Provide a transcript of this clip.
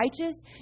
righteous